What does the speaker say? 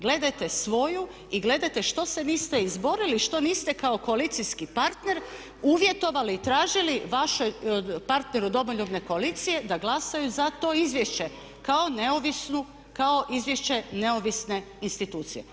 Gledajte svoju i gledajte što se niste izborili, što niste kao koalicijski parter uvjetovali i tražili vašem partneru Domoljubne koalicije da glasaju za to izvješće kao neovisno, kao izvješće neovisne institucije.